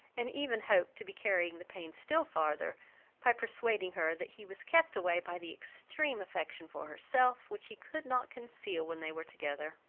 and even hoped to be carrying the pain still farther by persuading her that he was kept away by the extreme affection for herself, which he could not conceal when they were together.